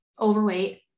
overweight